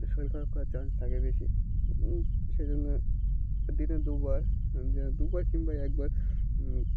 শরীর খারাপ করার চান্স থাকে বেশি সেই জন্য দিনে দুবার দুবার কিংবা একবার